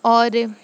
اور